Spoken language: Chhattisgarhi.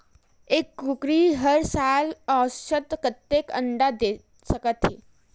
एक कुकरी हर साल औसतन कतेक अंडा दे सकत हे?